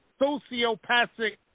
sociopathic